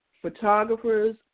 photographers